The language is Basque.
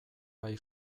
bai